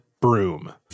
broom